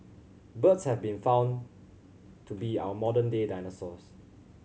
birds have been found to be our modern day dinosaurs